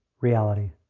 reality